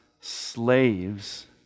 slaves